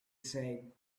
said